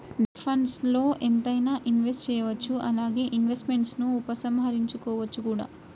debt ఫండ్స్ల్లో ఎంతైనా invest చేయవచ్చు అలానే ఇన్వెస్ట్మెంట్స్ను ఉపసంహరించుకోవచ్చు కూడా